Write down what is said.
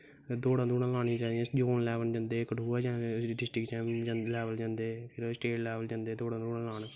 दौड़ा दूड़ां लानियां चाहिदियां कठुआ लैवल च डिस्टिक जंदे स्टेट लैवल जंदे दौड़ां दूड़ां लान